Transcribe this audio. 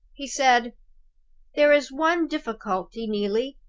he said there is one difficulty, neelie,